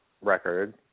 record